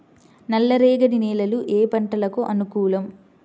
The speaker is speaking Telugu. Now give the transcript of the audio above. నల్లరేగడి నేలలు ఏ పంటలకు అనుకూలం?